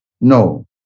No